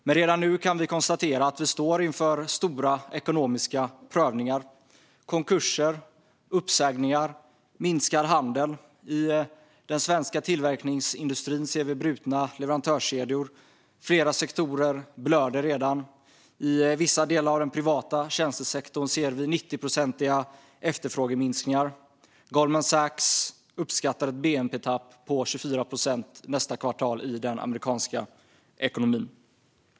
Men redan nu kan vi konstatera att vi står inför stora ekonomiska prövningar, med konkurser, uppsägningar och minskad handel. I den svenska tillverkningsindustrin ser vi brutna leverantörskedjor. Flera sektorer blöder redan. I vissa delar av den privata tjänstesektorn ser vi 90-procentiga efterfrågeminskningar. Goldman Sachs uppskattar ett bnp-tapp på 24 procent nästa kvartal i den amerikanska ekonomin.